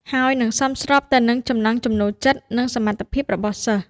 ហើយនិងសមស្របទៅនឹងចំណង់ចំណូលចិត្តនិងសមត្ថភាពរបស់សិស្ស។